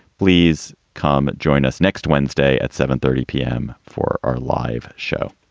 please come join us next wednesday at seven thirty pm for our live show.